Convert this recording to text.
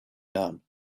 done